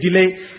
delay